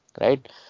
right